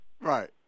Right